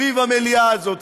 סביב המליאה הזאת,